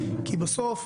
כי בסוף,